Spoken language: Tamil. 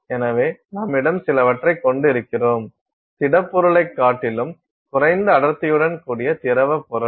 எனவே நம்மிடம் சிலவற்றைக் கொண்டிருக்கிறோம் திடப்பொருளைக் காட்டிலும் குறைந்த அடர்த்தியுடன் கூடிய திரவ பொருள்